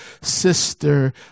Sister